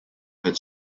had